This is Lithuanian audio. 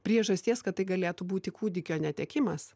priežasties kad tai galėtų būti kūdikio netekimas